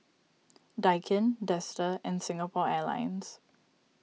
Daikin Dester and Singapore Airlines